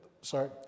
Sorry